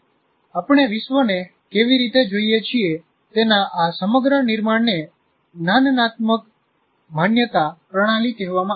આપણે વિશ્વને કેવી રીતે જોઈએ છીએ તેના આ સમગ્ર નિર્માણને જ્ઞાનાત્મક માન્યતા પ્રણાલી કહેવામાં આવે છે